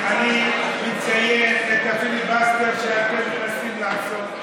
אני מציין את הפיליבסטר שאתם מנסים לעשות.